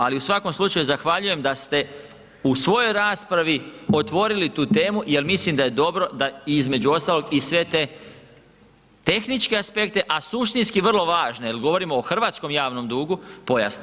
Ali u svakom slučaju zahvaljujem da ste u svojoj raspravi otvorili tu temu jer mislim da je dobro, da između ostalog i sve te tehničke aspekte, a suštinski vrlo važne jer govorimo o hrvatskom javnom dugu, pojasnimo.